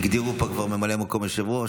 הגדירו פה כבר ממלא מקום היושב-ראש,